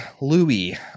Louis